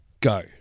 go